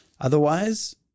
Otherwise